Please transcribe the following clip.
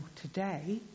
today